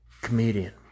Comedian